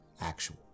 actual